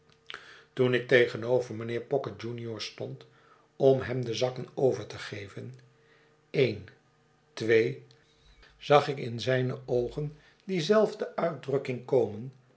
toen ik tegenover mijnheer pocket junior stond om hem de zakken over te geven een twee zag ik in zijne oogen die zelfde herbert en ik hereennen elkander uitdrukking komen